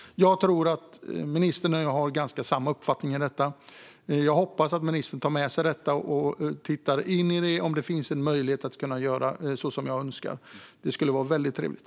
Jag tror att ministern och jag har ungefär samma uppfattning. Jag hoppas att ministern tar med sig detta och tittar på om det finns en möjlighet att göra så som jag önskar. Det skulle vara väldigt trevligt.